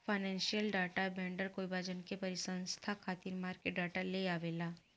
financial data vendor कोई वाणिज्यिक पसंस्था खातिर मार्केट डाटा लेआवेला